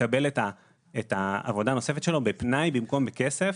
לקבל את העבודה הנוספת שלו בפנאי במקום בכסף,